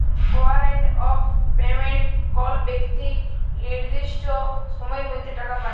warrant of payment কল বেক্তি লির্দিষ্ট সময়ের মধ্যে টাকা পায়